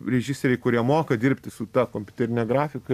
režisieriai kurie moka dirbti su ta kompiuterine grafika